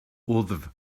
wddf